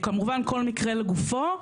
כמובן שכל מקרה לגופו,